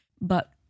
but-